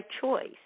choice